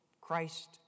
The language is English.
Christ